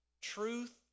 truth